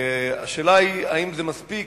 השאלה היא אם זה מספיק,